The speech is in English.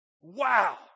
Wow